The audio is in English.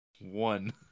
One